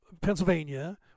Pennsylvania